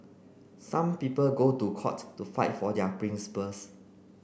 some people go to court to fight for their principles